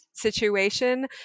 Situation